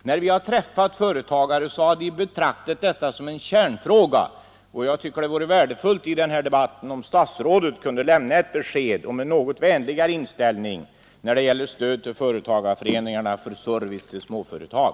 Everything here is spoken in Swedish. De företagare som vi har träffat har betraktat detta som en kärnfråga, och jag tycker att det vore värdefullt om statsrådet i den här debatten kunde lämna ett besked om en något vänligare inställning när det gäller stöd till företagareföreningarna för service till småföretag.